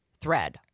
thread